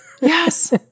Yes